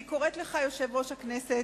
אני קוראת לך, יושב-ראש הכנסת,